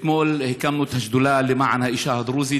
אתמול הקמנו את השדולה למען האישה הדרוזית.